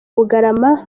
bugarama